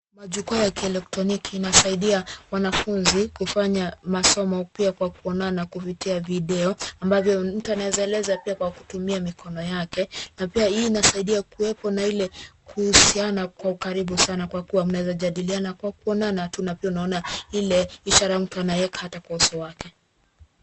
Majukwaa ya kielektroniki inasaidia wanafunzi kufanya masomo pia kwa kuonana kupitia video, ambavyo mtu anaweza eleza pia kwa kutumia mikono yake, na pia hii inasaidia kuwepo na ile kuhusiana kwa ukaribu sana kwa kuwa mnaweza jadiliana kwa kuonana tu na pia unaona ile, ishara ya mtu anayeweka hata kwa uso wake.